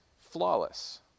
flawless